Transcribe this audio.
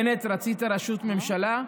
בנט, רצית ראשות ממשלה?